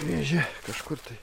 vėžė kažkur tai